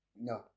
No